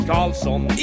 Carlson